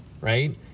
right